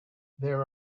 there